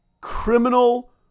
criminal